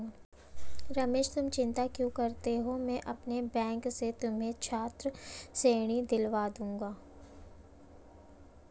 रमेश तुम चिंता क्यों करते हो मैं अपने बैंक से तुम्हें छात्र ऋण दिलवा दूंगा